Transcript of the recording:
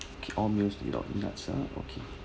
okay all meals without nuts ah okay